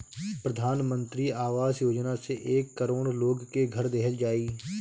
प्रधान मंत्री आवास योजना से एक करोड़ लोग के घर देहल जाई